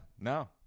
No